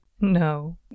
No